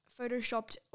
photoshopped